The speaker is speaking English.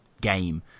game